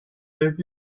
gave